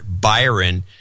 Byron